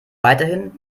weiterhin